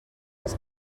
els